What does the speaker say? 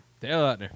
Taylor